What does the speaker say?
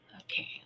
okay